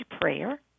prayer